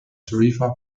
tarifa